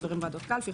חברים בוועדות קלפי,